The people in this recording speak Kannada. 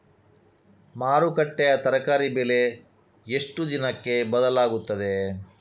ಮಾರುಕಟ್ಟೆಯ ತರಕಾರಿ ಬೆಲೆ ಎಷ್ಟು ದಿನಕ್ಕೆ ಬದಲಾಗುತ್ತದೆ?